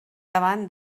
davant